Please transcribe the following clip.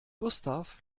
gustav